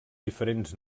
diferents